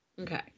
Okay